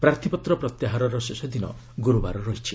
ପ୍ରାର୍ଥୀପତ୍ର ପ୍ରତ୍ୟାହାର ଶେଷ ଦିନ ଗୁରୁବାର ରହିଛି